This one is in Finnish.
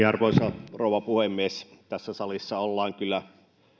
arvoisa rouva puhemies tässä salissa ollaan kyllä